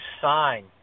sign